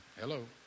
Hello